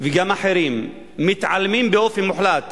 וגם אחרים מתעלמים באופן מוחלט